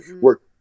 work